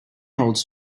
holds